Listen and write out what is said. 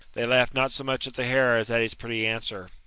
they laugh'd not so much at the hair as at his pretty answer.